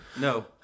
no